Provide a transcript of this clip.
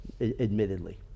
admittedly